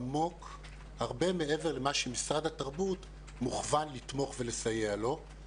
עמוק הרבה מעבר למה שמשרד התרבות מוכוון לתמוך ולסייע לו.